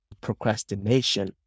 Procrastination